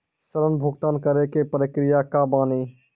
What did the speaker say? ऋण भुगतान करे के प्रक्रिया का बानी?